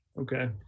Okay